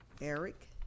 Eric